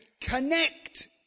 connect